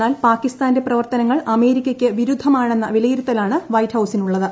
എന്നാൽ പാകിസ്ഥാന് പാകിസ്ഥാന്റെ പ്രവർത്തനങ്ങൾ അമേരിക്കയ്ക്ക് വിരുദ്ധമാണെന്ന വിലയിരുത്തലാണ് വൈറ്റ്ഹൌസിനുള്ളത്